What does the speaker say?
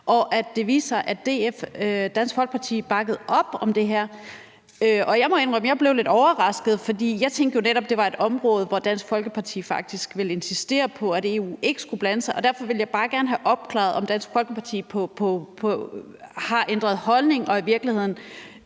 sig, at Dansk Folkeparti bakkede op om det. Jeg må indrømme, at jeg blev lidt overrasket, for jeg tænkte jo netop, at det var et område, hvor Dansk Folkeparti faktisk ville insistere på, at EU ikke skulle blande sig. Derfor vil jeg bare gerne have opklaret, om Dansk Folkeparti har ændret holdning og i virkeligheden